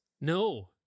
No